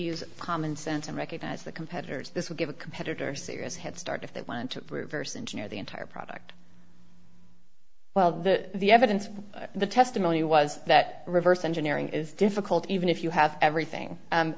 use common sense and recognize the competitors this would give a competitor serious head start if they want to reverse engineer the entire product well the the evidence the testimony was that reverse engineering is difficult even if you have everything